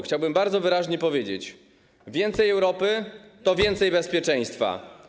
Chciałbym bardzo wyraźnie powiedzieć: więcej Europy to więcej bezpieczeństwa.